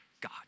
God